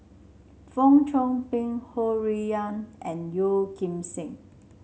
Fong Chong Pik Ho Rui An and Yeo Kim Seng